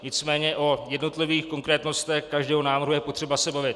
Nicméně o jednotlivých konkrétnostech každého návrhu je potřeba se bavit.